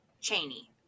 Cheney